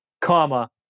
comma